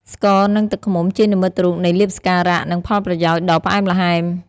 ស្ករ និងទឹកឃ្មុំ ជានិមិត្តរូបនៃលាភសក្ការៈ និងផលប្រយោជន៍ដ៏ផ្អែមល្ហែម។